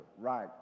right